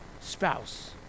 spouse